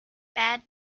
bad